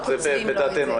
את בדעתנו,